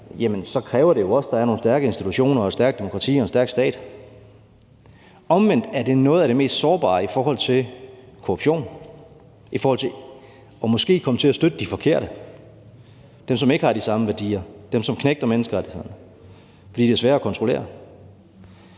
kræver det også, at der er nogle stærke institutioner, et stærkt demokrati og en stærk stat. Omvendt er det noget af det mest sårbare i forhold til korruption, i forhold til måske at komme til at støtte de forkerte – dem, som ikke har de samme værdier, dem, som knægter menneskerettighederne – fordi det er sværere at kontrollere.